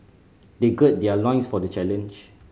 they gird their loins for the challenge